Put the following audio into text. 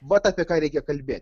vat apie ką reikia kalbėt